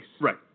Right